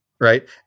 Right